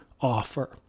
offer